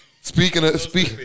Speaking